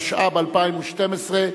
התשע"ב 2012,